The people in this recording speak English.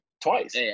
Twice